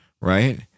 Right